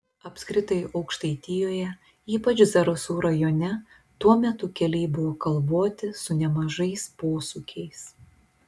apskritai aukštaitijoje ypač zarasų rajone tuo metu keliai buvo kalvoti su nemažais posūkiais